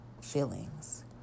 feelings